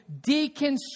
deconstruct